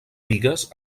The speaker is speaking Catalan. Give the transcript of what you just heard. bigues